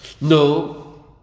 No